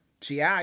GI